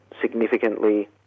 significantly